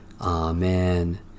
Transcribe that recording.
Amen